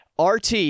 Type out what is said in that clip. RT